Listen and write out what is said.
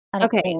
Okay